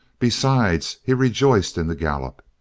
besides, he rejoiced in the gallop.